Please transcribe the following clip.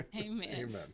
amen